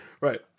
Right